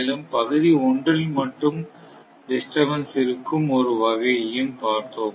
மேலும் பகுதி 1 இல் மட்டும் டிஸ்டர்பேன்ஸ் இருக்கும் ஒரு வகையும் பார்த்தோம்